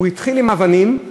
הוא התחיל עם אבנים,